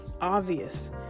obvious